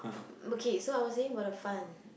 okay so I was saying for the fund